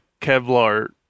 Kevlar